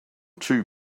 two